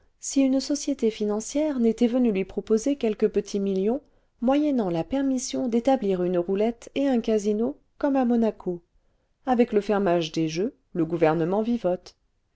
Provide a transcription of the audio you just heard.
si une société financière n'était venue lui proposer quelques petits millions moyennant la permission d'établir une roulette et un casino comme à monaco avec le fermage des jeux le gouvernement vivote